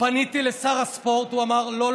פניתי לשר הספורט, הוא אמר: לא,